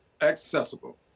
accessible